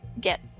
get